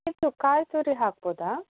ಹಿಟ್ಟು ಕಾಯಿ ತುರಿ ಹಾಕ್ಬೋದಾ